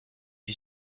you